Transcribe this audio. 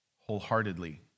wholeheartedly